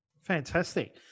Fantastic